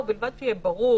ובלבד שיהיה ברור